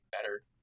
better